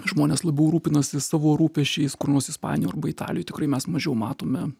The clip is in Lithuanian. žmonės labiau rūpinasi savo rūpesčiais kur nors ispanijoj arba italijoj tikrai mes mažiau matome